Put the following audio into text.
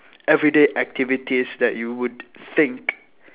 everyday activities that you would think